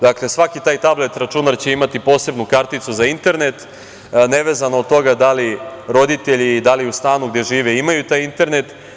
Dakle, svaki taj tablet računar će imati posebnu karticu za internet, nevezano od toga da li roditelji i da li u stanu gde žive imaju taj internet.